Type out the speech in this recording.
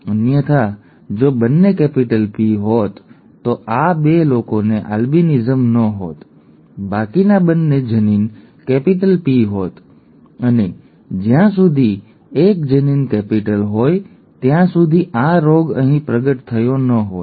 અન્યથા જો બંને કેપિટલ P હોત તો આ 2 લોકોને આલ્બિનિઝમ ન હોત બાકીના બંને જનીન કેપિટલ P હોત અને જ્યાં સુધી એક જનીન કેપિટલ હોત ત્યાં સુધી આ રોગ અહીં પ્રગટ થયો ન હોત